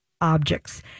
objects